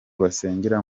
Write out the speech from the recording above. basengera